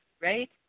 right